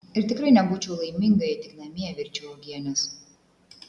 ir tikrai nebūčiau laiminga jei tik namie virčiau uogienes